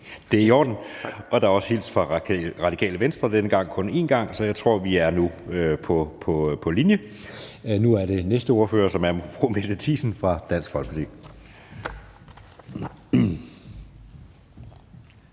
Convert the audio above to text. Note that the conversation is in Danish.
Det er i orden, og der er også hilst fra Radikale Venstre – denne gang kun én gang – så jeg tror, at vi nu er på linje. Nu er det den næste ordfører, som er fru Mette Thiesen fra Dansk Folkeparti.